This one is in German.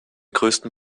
größten